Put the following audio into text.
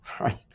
right